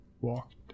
walked